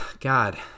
god